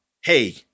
hey